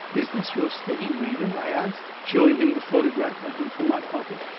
is this your steady reader? i asked, showing him the photograph i drew from my pocket.